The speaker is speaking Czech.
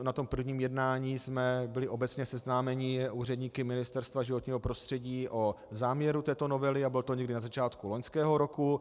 Na prvním jednání jsme byli obecně seznámeni úředníky Ministerstva životního prostředí o záměru této novely a bylo to někdy na začátku loňského roku.